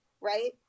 Right